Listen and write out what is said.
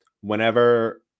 whenever